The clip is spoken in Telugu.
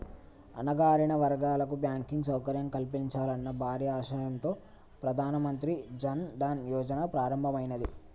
అణగారిన వర్గాలకు బ్యాంకింగ్ సౌకర్యం కల్పించాలన్న భారీ ఆశయంతో ప్రధాన మంత్రి జన్ ధన్ యోజన ప్రారంభమైనాది